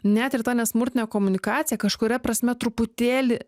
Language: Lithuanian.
net ir ta nesmurtinė komunikacija kažkuria prasme truputėlį